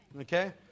Okay